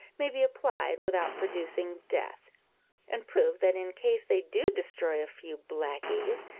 may be applied without producing death and prove that in case they do destroy a few blackies,